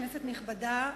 כנסת נכבדה,